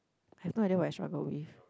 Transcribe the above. have no idea what I struggled with